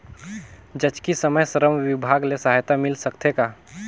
जचकी समय श्रम विभाग ले सहायता मिल सकथे का?